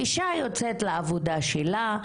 אישה יוצאת לעבודה שלה,